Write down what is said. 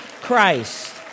Christ